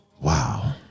Wow